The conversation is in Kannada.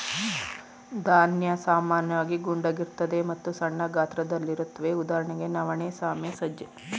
ಧಾನ್ಯ ಸಾಮಾನ್ಯವಾಗಿ ಗುಂಡಗಿರ್ತದೆ ಮತ್ತು ಸಣ್ಣ ಗಾತ್ರದಲ್ಲಿರುತ್ವೆ ಉದಾಹರಣೆಗೆ ನವಣೆ ಸಾಮೆ ಸಜ್ಜೆ